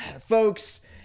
folks